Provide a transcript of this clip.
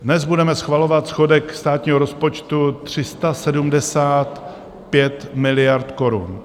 Dnes budeme schvalovat schodek státního rozpočtu 375 miliard korun.